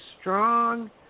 strong